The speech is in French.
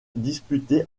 disputés